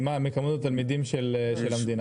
מכמות התלמידים במדינה.